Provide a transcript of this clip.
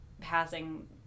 passing